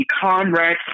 Comrade